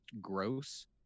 gross